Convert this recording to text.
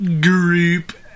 group